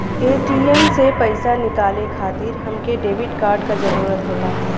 ATM से पइसा निकाले खातिर हमके डेबिट कार्ड क जरूरत होला